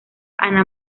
anna